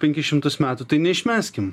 penkis šimtus metų tai neišmeskim